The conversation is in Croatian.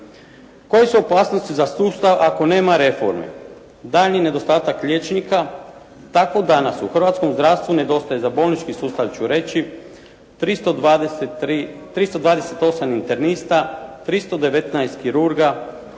Koje su opasnosti za sustav ako nema reforme? Daljnji nedostatak liječnika tako danas u hrvatskom zdravstvu nedostaje za bolnički sustav ću reći 328 internista, 319 kirurga,